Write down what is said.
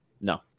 No